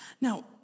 Now